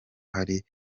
hari